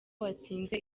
watsinze